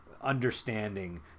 understanding